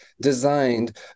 designed